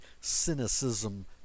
cynicism